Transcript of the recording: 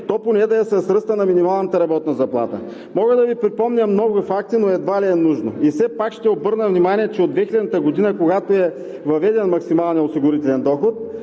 то поне да е с ръста на минималната работната заплата. Мога да Ви припомня много факти, но едва ли е нужно. Все пак ще обърна внимание, че от 2000 г., когато е въведен максималният осигурителен доход,